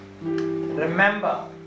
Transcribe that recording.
Remember